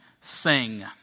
sing